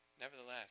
Nevertheless